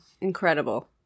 incredible